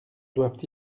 doivent